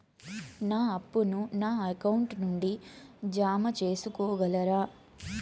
నా అప్పును నా అకౌంట్ నుండి జామ సేసుకోగలరా?